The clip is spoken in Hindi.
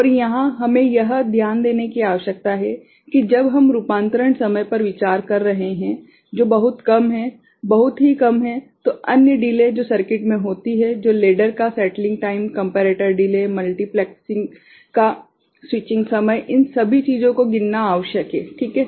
और यहाँ हमें यह ध्यान देने की आवश्यकता है कि जब हम रूपांतरण समय पर विचार कर रहे हैं जो बहुत कम है बहुत ही कम है तो अन्य डिले जो सर्किट में होती है जैसे लेडर का settling time comparator delay multiplex का स्विचिंग समय इन सभी चीजों को गिनना आवश्यक है ठीक है